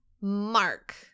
Mark